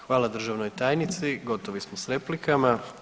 Hvala državnoj tajnici, gotovi smo s replikama.